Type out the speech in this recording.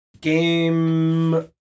game